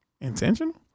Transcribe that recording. Intentional